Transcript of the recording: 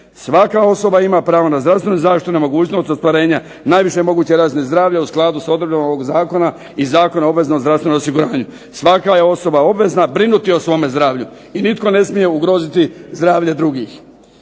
Svaka osoba ima pravo na zdravstvenu zaštitu, na mogućnost ostvarenja najviše moguće razine zdravlja u skladu s odredbama ovog zakona i Zakona o obveznom zdravstvenom osiguranju. Svaka je osoba obvezna brinuti o svome zdravlju i nitko ne smije ugroziti zdravlje drugih.